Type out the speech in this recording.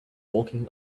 walking